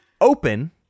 open